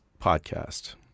podcast